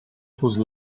whose